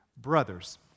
Brothers